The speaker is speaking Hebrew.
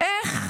איך